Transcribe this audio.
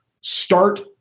Start